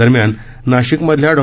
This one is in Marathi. दरम्यान नाशिक मधल्या डॉ